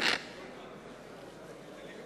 השרה